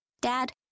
Dad